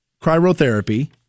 Cryotherapy